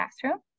classroom